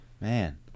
Man